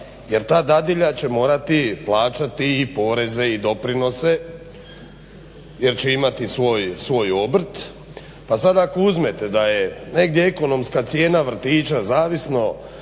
jer ta dadilja će morati plaćati i poreze i doprinose jer će imati svoj obrt. Pa sada ako uzmete da je negdje ekonomska cijena vrtića, zavisno